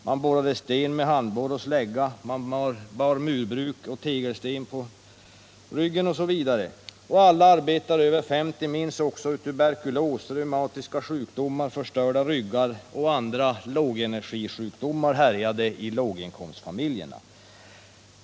Man borrade sten med handborr och slägga, man bar murbruk och tegelsten på ryggen osv. Alla arbetare över 50 år minns också hur tuberkulos, reumatiska sjukdomar, förstörda ryggar och andra lågenergisjukdomar härjade i låginkomstfamiljerna.